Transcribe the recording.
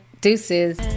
Deuces